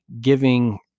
giving